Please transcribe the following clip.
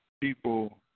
people